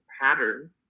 pattern